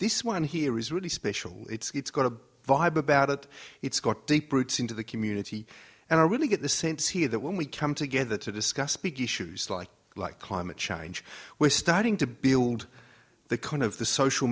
this one here is really special it's got a vibe about it it's got deep roots into the community and i really get the sense here that when we come together to discuss big issues like like climate change we're starting to build the kind of the social